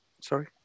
Sorry